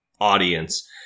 audience